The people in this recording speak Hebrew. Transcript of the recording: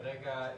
כרגע,